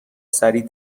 سریع